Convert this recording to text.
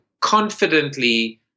confidently